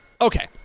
Okay